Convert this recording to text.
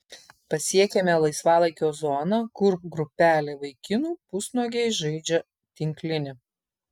pasiekiame laisvalaikio zoną kur grupelė vaikinų pusnuogiai žaidžia tinklinį